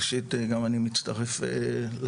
ראשית גם אני מצטרף לתנחומים,